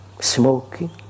smoking